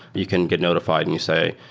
you can get notifi ed and you say,